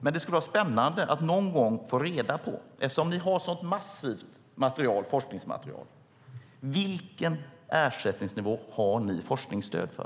Det skulle vara spännande att någon gång få svaret, eftersom vi har ett så massivt forskningsmaterial: Vilken ersättningsnivå har ni forskningsstöd för?